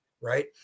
right